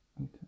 Okay